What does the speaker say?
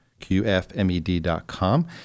qfmed.com